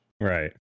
Right